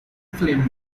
flame